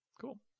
Cool